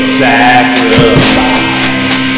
sacrifice